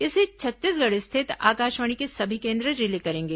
इसे छत्तीसगढ़ स्थित आकाशवाणी के सभी केन्द्र रिले करेंगे